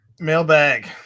Mailbag